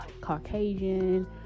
Caucasian